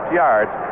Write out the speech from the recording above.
yards